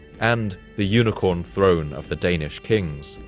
and the unicorn throne of the danish kings,